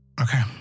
Okay